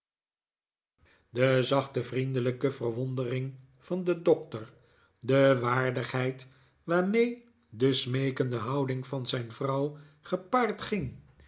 de zachte vriendelijke verwonderingj van den doctor de waardigheid waarmee de smeekende houding van zijn vrouw gepaard ging